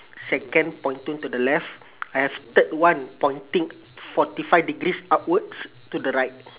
second pointing to the left I have third one pointing forty five degrees upwards to the right